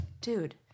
dude